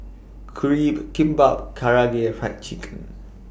Crepe Kimbap Karaage Fried Chicken